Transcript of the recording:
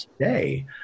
today